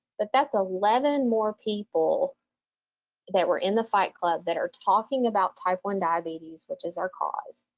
but that's eleven more people that were in the fight club that are talking about type one diabetes, which is our cause,